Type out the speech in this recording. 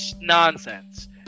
nonsense